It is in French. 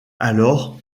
alors